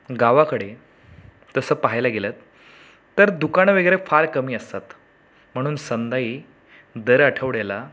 गावाकडे तसं पाहायला गेलं तर दुकानं वगैरे फार कमी असतात म्हणून संदाई दर आठवड्याला